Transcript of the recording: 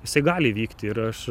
jisai gali įvykti ir aš